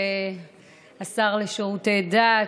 השר לשירותי דת,